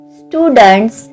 students